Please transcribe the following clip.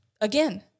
again